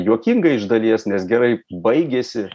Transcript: juokinga iš dalies nes gerai baigėsi